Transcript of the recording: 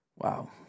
Wow